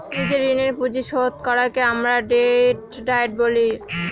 নিজের ঋণের পুঁজি শোধ করাকে আমরা ডেট ডায়েট বলি